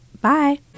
bye